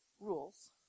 Rules